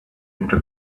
into